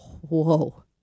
whoa